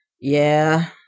Yeah